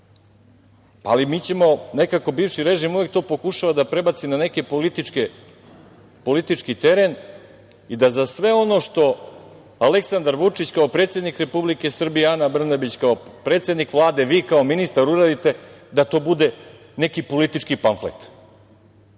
ovakav zakon. Bivši režim uvek to pokušava da prebaci na neki politički teren i da sve ono što Aleksandar Vučić kao predsednik Republike Srbije, Ana Branabić kao predsednik Vlade, vi kao ministar uradite da to bude neki politički pamflet